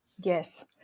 yes